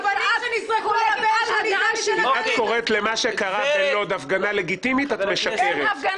אבל את --- אם את קוראת למה שקרה בלוד הפגנה לגיטימית את משקרת,